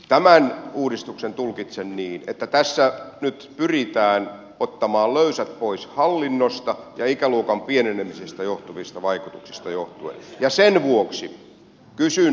tämän uudistuksen tulkitsen niin että tässä nyt pyritään ottamaan löysät pois hallinnosta ja ikäluokan pienenemisestä johtuvista vaikutuksista ja sen vuoksi kysyn